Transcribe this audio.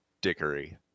dickery